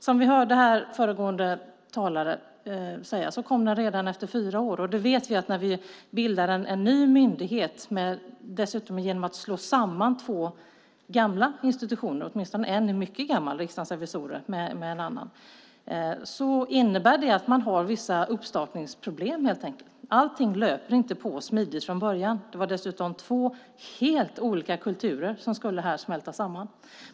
Som vi hörde föregående talare säga kom den redan efter fyra år. Vi vet att när vi bildar en ny myndighet, dessutom genom att slå samman två gamla institutioner - åtminstone var den ena, Riksdagens revisorer, mycket gammal - innebär det vissa uppstartningsproblem, helt enkelt. Allting löper inte på smidigt från början. Det var dessutom två helt olika kulturer som här skulle smälta samman.